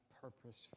purpose